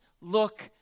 look